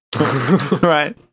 Right